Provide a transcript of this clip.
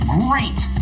great